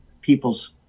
people's